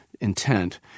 intent